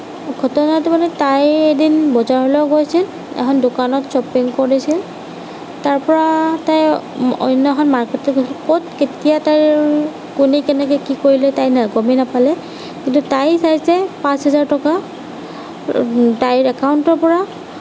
ঘটনাটো মানে তাই এদিন বজাৰলৈ গৈছিল এখন দোকানত শ্বপিং কৰিছিল তাৰ পৰা তাই অন্য এখন মাৰ্কেটত গৈ ক'ত কেতিয়া তাইৰ কোনে কেনেকৈ কি কৰিলে তাই না গমেই নাপালে কিন্তু তাই চাইছে পাঁচ হাজাৰ টকা তাইৰ একাউণ্টৰ পৰা